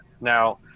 now